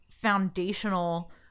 foundational